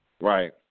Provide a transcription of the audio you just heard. Right